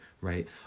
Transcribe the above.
right